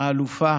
האלופה